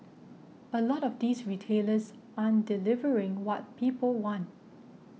a lot of these retailers aren't delivering what people want